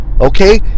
Okay